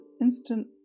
instant